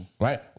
Right